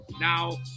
Now